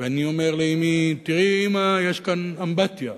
ואני אומר לאמי: תראי, אמא, יש כאן אמבטיה.